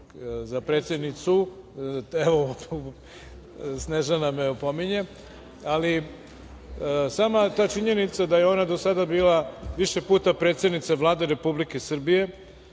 za predsednicu. Evo, Snežana me opominje, ali sama ta činjenica da je ona do sada bila više puta predsednica Vlade Republike Srbije